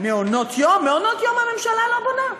מעונות-יום, מעונות-יום הממשלה לא בונה.